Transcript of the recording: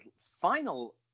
final